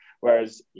Whereas